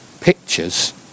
pictures